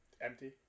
empty